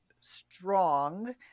strong